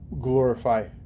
glorify